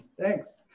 thanks